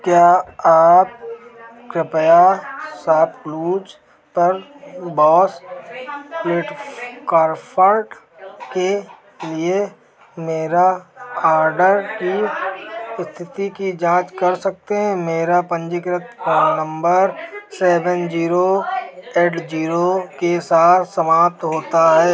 क्या आप कृपया शॉपक्लूज़ पर बॉस के लिए मेरे ऑर्डर की इस्थिति की जाँच कर सकते हैं मेरा पन्जीकृत phone number seven zero eight zero के साथ समाप्त होता है